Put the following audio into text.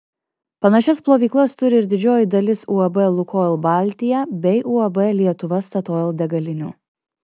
panašias plovyklas turi ir didžioji dalis uab lukoil baltija bei uab lietuva statoil degalinių